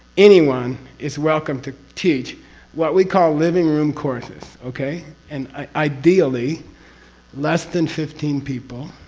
anyone is welcome to teach what we call living room courses. okay? and ideally less than fifteen people.